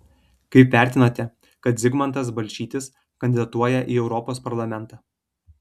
kaip vertinate kad zigmantas balčytis kandidatuoja ir į europos parlamentą